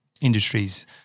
industries